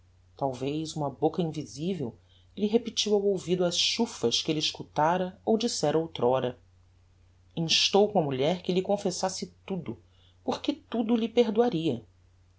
talvez uma boca invisivel lhe repetiu ao ouvido as chufas que elle escutara ou dissera outr'ora instou com a mulher que lhe confessasse tudo porque tudo lhe perdoaria